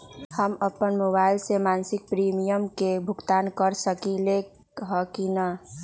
हम अपन मोबाइल से मासिक प्रीमियम के भुगतान कर सकली ह की न?